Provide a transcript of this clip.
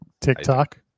TikTok